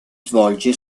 svolge